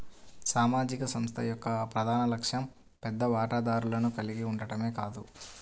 సామాజిక సంస్థ యొక్క ప్రధాన లక్ష్యం పెద్ద వాటాదారులను కలిగి ఉండటమే కాదు